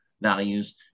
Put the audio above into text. values